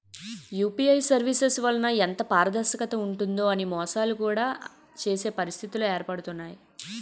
UPI services వలన ఎంత పారదర్శకత ఉంటుందో అని మోసాలు కూడా చేసే పరిస్థితిలు ఏర్పడుతుంటాయి